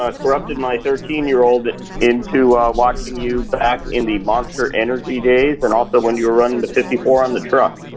ah corrupted my thirteen year old into watching you back in the monster energy days and also when you were running the fifty four on the truck.